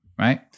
right